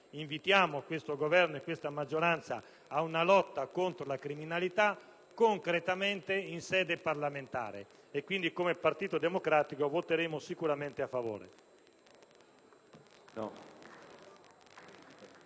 Invitiamo questo Governo e questa maggioranza a condurre una lotta contro la criminalità concretamente in sede parlamentare. Il Partito Democratico voterà quindi sicuramente a favore